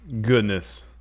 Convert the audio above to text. Goodness